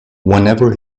whenever